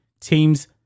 team's